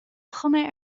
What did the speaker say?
chuma